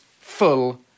full